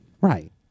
Right